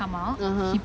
(uh huh)